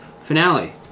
finale